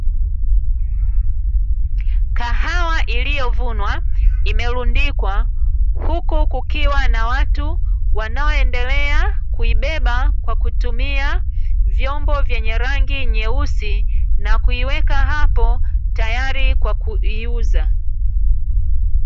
Kahawa iliyovunwa imelundikwa, huku kukiwa na watu wanaoendelea kuibeba kwa kutumia vyombo vyenye rangi nyeusi, na kuiweka hapo tayari kwa kuiuza.